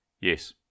Yes